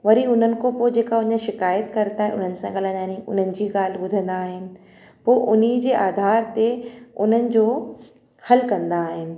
वरी उन्हनि खां पोइ जे का हुन शिकायत करता उन्हनि सां ॻाल्हाईंदानी उन्हनि जी ॻाल्हि ॿुधंदा आहिनि पोइ हुन ई जे आधार ते उन्हनि जो हलु कंदा आहिनि